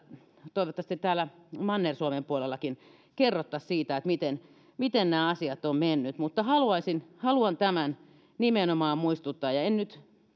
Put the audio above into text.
toivottavasti täällä manner suomen puolellakin kerrottaisiin siitä miten miten nämä asiat ovat menneet haluan nimenomaan tämän muistuttaa ja en nyt